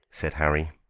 said harry.